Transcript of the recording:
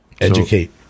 Educate